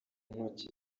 ntoki